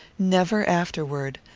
never afterward,